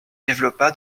développa